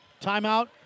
Timeout